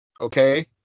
okay